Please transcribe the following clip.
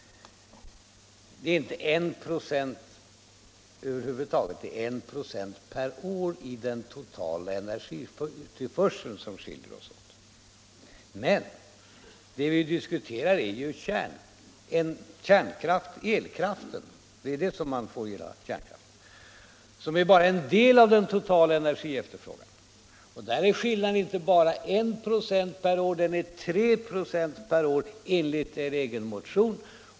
Det är inte 1 96 över huvud taget utan 1 96 per år i den totala energitillförseln som skiljer oss åt. Men det vi diskuterar är elkraften - det man får genom kärnkraften —- som bara är en del av den totala energiförbrukningen, och där är skillnaden inte bara 1 96 per år utan 3 96 per år, enligt er egen motion.